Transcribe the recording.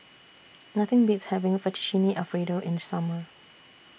Nothing Beats having Fettuccine Alfredo in The Summer